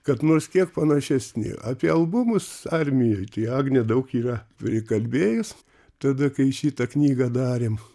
kad nors kiek panašesni apie albumus armijoj tai agnė daug yra prikalbėjus tada kai šitą knygą darėm